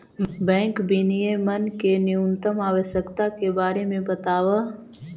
bank विनियमन के न्यूनतम आवश्यकता के बारे में बतावऽ